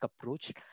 approach